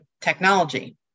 technology